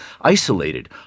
isolated